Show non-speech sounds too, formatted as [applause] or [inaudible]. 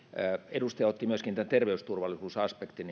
edustaja otti esille myöskin tämän terveysturvallisuusaspektin [unintelligible]